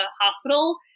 hospital